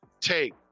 take